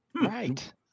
Right